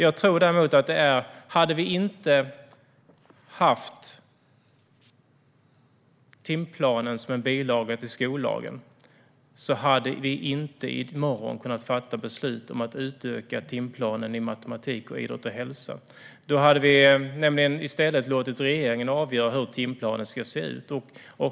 Jag tror däremot att om vi inte hade haft timplanen som en bilaga till skollagen hade vi i morgon inte kunnat fatta beslut om att utöka timplanen i matematik och i idrott och hälsa. Då hade vi nämligen i stället låtit regeringen avgöra hur timplanen ska se ut.